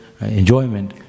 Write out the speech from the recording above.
enjoyment